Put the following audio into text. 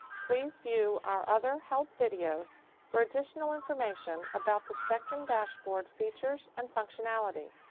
please view our other help videos for additional information about the spectrum dashboard features and functionality.